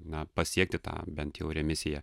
na pasiekti tą bent jau remisiją